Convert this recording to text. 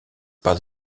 par